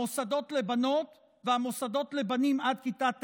המוסדות לבנות והמוסדות לבנים עד כיתה ט',